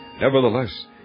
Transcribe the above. Nevertheless